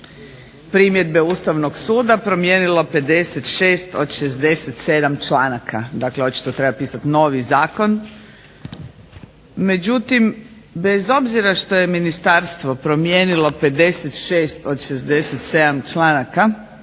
primjedbe Ustavnog suda promijenilo 56 od 67 članaka. Dakle, očito treba pisati novi zakon. Međutim, bez obzira što je ministarstvo promijenilo 56 od 67 članaka